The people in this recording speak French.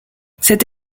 cette